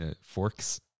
Forks